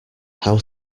how